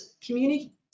community